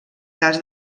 cas